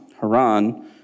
Haran